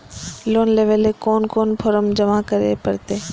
Loan लेवे ले कोन कोन फॉर्म जमा करे परते?